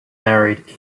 married